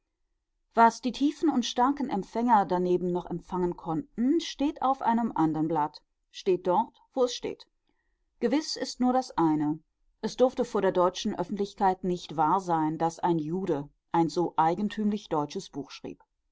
was die tiefen und starken empfänger daneben noch empfangen konnten steht auf einem andern blatt steht dort wo es steht gewiß ist nur das eine es durfte vor der deutschen öffentlichkeit nicht wahr sein daß ein jude ein so eigentümlich deutsches buch schrieb